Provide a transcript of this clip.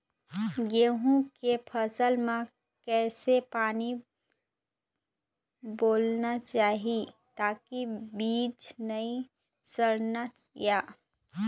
गेहूं के फसल म किसे पानी पलोना चाही ताकि बीज नई सड़ना ये?